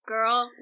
Girl